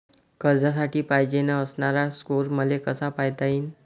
कर्जासाठी पायजेन असणारा स्कोर मले कसा पायता येईन?